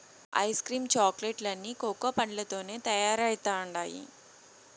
ice cream చాక్లెట్ లన్నీ cocoa పండ్లతోనే తయారైతండాయి